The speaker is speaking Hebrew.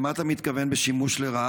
למה אתה מתכוון ב"שימוש לרעה"?